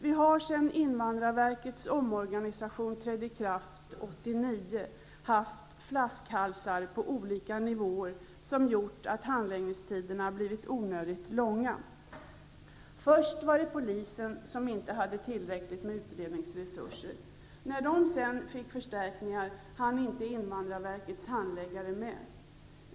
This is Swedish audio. Vi har sedan invandrarverkets omorganisation trädde i kraft 1989 haft flaskhalsar på olika nivåer som har gjort att handläggningstiderna har blivit onödigt långa. Först var det polisen som inte hade tillräckligt med utredningsresurser. När polisen sedan fick förstärkningar hann inte invandrarverkets handläggare med.